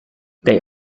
they